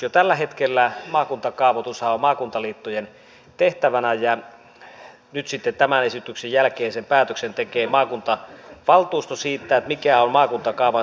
jo tällä hetkellä maakuntakaavoitushan on maakuntaliittojen tehtävänä ja nyt sitten tämän esityksen jälkeen maakuntavaltuusto tekee sen päätöksen siitä mikä on maakuntakaavan sisältö